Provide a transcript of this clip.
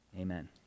amen